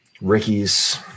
Ricky's